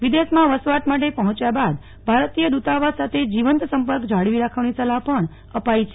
વિદેશમાં વસવાટ માટે પહ્રોચ્યા બાદ ભારતીય દૂતાવાસ સાથે જીવંત સંપર્ક જાળવી રાખવાની સલાહ પણ અપાઈ છે